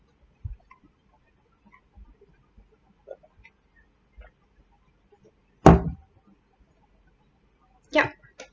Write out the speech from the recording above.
yup